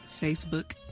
Facebook